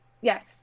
Yes